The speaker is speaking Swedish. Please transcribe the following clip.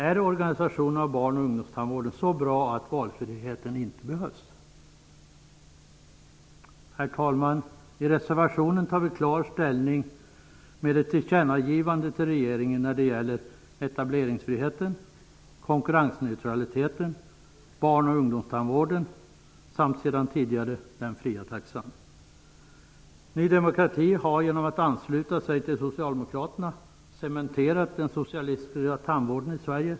Är organisationen av barn och ungdomstandvården så bra att valfriheten inte behövs? Herr talman! I reservationen tar vi klar ställning för ett tillkännagivande till regeringen när det gäller etableringsfriheten, konkurrensneutraliteten, barn och ungdomstandvården samt sedan tidigare den fria taxan. Ny demokrati har genom att ansluta sig till socialdemokraterna cementerat den socialistiska tandvården i Sverige.